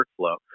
workflow